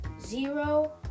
zero